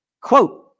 Quote